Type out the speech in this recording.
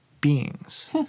beings